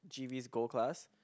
G_V's gold class